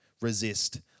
resist